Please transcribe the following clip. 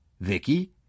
Vicky